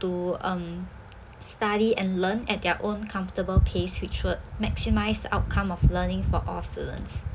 to um study and learn at their own comfortable pace which will maximize the outcome of learning for all students